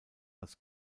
als